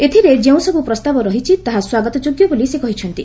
ଏଥିରେ ଯେଉଁସବୁ ପ୍ରସ୍ତାବ ରହିଛି ତାହା ସ୍ୱାଗତଯୋଗ୍ୟ ବୋଲି ସେ କହିଛନ୍ତି